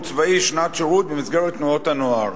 הצבאי שנת שירות במסגרת תנועת נוער.